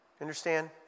Understand